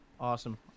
Awesome